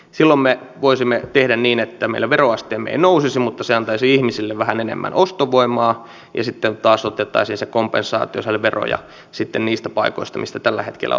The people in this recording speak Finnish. silloin me voisimme tehdä niin että meidän veroasteemme ei nousisi mutta se antaisi ihmisille vähän enemmän ostovoimaa ja sitten otettaisiin se kompensaatio eli veroja niistä paikoista mistä tällä hetkellä otetaan hyvin vähän